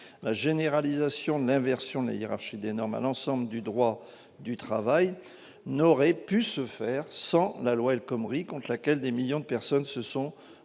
La généralisation de l'inversion de la hiérarchie des normes à l'ensemble du droit du travail a été engagée par la loi El Khomri, contre laquelle des millions de personnes s'étaient mobilisées.